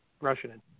Russian